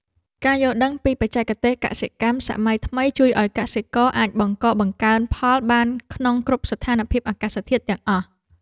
ការយល់ដឹងពីបច្ចេកទេសកសិកម្មសម័យថ្មីជួយឱ្យកសិករអាចបង្កបង្កើនផលបានក្នុងគ្រប់ស្ថានភាពអាកាសធាតុទាំងអស់។